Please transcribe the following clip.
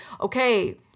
okay